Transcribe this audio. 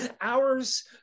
hours